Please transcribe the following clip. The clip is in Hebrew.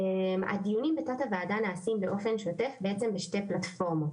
הדיונים בתת הוועדה נעשים באופן שוטף בעצם בשתי פלטפורמות.